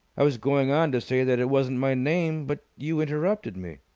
i was going on to say that it wasn't my name, but you interrupted me.